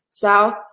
South